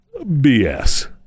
BS